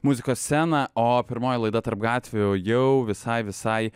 muzikos sceną o pirmoji laida tarp gatvių jau visai visai